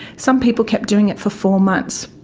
some people kept doing it for four months,